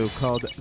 called